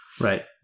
Right